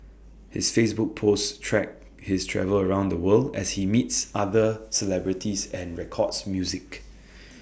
his Facebook posts track his travels around the world as he meets other celebrities and records music